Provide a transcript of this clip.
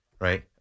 right